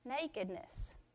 nakedness